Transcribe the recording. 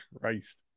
Christ